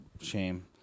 shame